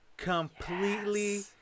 Completely